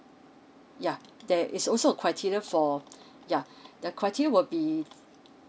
yeah there is also a criteria for yeah the criteria would be